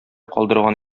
калдырган